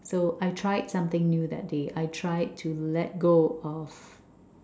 so I tried something new that day I tried to let go of